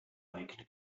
eigene